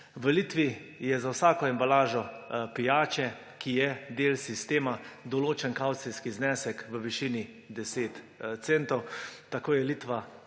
V Litvi je za vsako embalažo pijače, ki je del sistema, določen kavcijski znesek v višini 10 centov. Tako je Litva